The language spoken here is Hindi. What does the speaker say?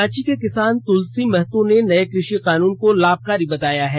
रांची के किसान तुलसी महतो ने नए कृषि कानून को लाभकारी बताया है